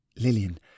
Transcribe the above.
Lillian